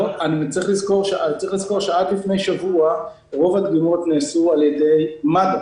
צריך לזכור שעד לפני שבוע רוב הדגימות נעשו על ידי מד"א